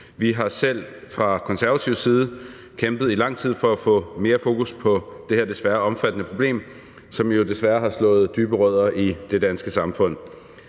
Vi har selv fra konservativ side kæmpet i lang tid for at få mere fokus på det her desværre omfattende problem, som jo desværre har slået dybe rødder i det danske samfund.